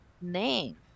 name